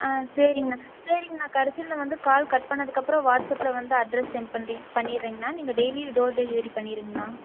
ஆ சரிங்ண்ணா சரிங்ண்ணா கடைசியில் வந்து கால் கட் பண்ணதுக்கப்புறம் வாட்ஸ்அப்பில் வந்து அட்ரஸ் சென்ட் பண்ணி பண்ணிவிட்றேங்ண்ணா நீங்கள் டெய்லி டோர் டெலிவரி பண்ணிவிடுங்ண்ணா